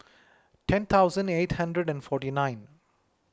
ten thousand eight hundred and forty nine